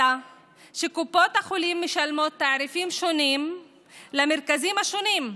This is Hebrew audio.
אלא שקופות החולים משלמות תעריפים שונים למרכזים שונים,